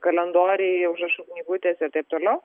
kalendoriai užrašų knygutės ir taip toliau